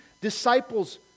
disciples